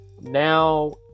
now